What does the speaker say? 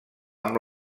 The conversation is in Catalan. amb